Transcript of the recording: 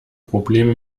probleme